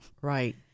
Right